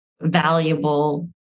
valuable